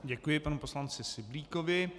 Děkuji panu poslanci Syblíkovi.